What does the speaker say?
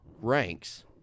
ranks